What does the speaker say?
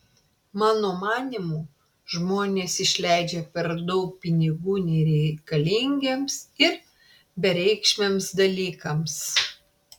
mano manymu žmonės išleidžia per daug pinigų nereikalingiems ir bereikšmiams dalykams